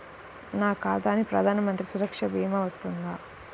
నా ఖాతాకి ప్రధాన మంత్రి సురక్ష భీమా వర్తిస్తుందా?